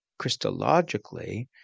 Christologically